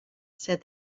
said